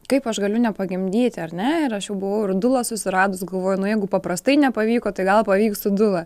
kaip aš galiu nepagimdyti ar ne ir aš jau buvau ir dūlą susiradus galvoju nu jeigu paprastai nepavyko tai gal pavyks su du va